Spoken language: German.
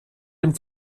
dem